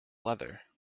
leather